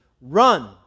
Run